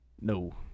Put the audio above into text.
no